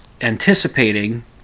anticipating